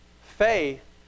Faith